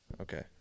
Okay